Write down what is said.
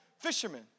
fishermen